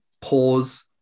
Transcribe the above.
pause